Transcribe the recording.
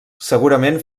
segurament